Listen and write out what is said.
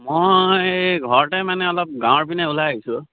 মই ঘৰতে মানে অলপ গাঁৱৰ পিনে ওলাই আহিছোঁ